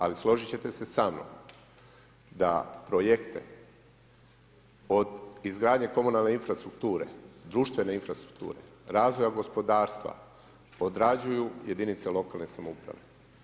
Ali složit ćete se sa mnom da projekte od izgradnje komunalne infrastrukture, društvene infrastrukture, razvoja gospodarstva odrađuju jedinice lokalne samouprave.